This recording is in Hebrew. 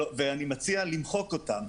אני מציע למחוק אותם.